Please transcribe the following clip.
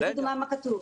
תגידו לי מה כתוב.